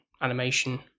animation